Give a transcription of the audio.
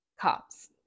cops